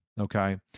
okay